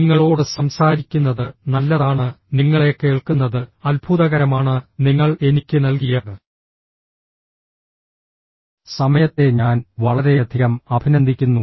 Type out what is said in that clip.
നിങ്ങളോട് സംസാരിക്കുന്നത് നല്ലതാണ് നിങ്ങളെ കേൾക്കുന്നത് അത്ഭുതകരമാണ് നിങ്ങൾ എനിക്ക് നൽകിയ സമയത്തെ ഞാൻ വളരെയധികം അഭിനന്ദിക്കുന്നു